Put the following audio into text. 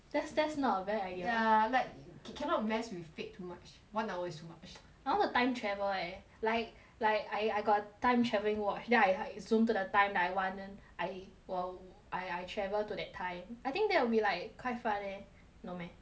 that's that's not a bad idea ya like ca~ cannot mess with fate too much one hour is too much I want to time travel eh like like I I got a time travelling watch then I zoom to the time that I want then I 我 I I travel to that time I think that will be like quite fun leh no meh